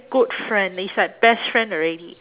good friend is like best friend already